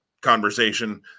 conversation